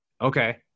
Okay